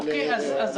היא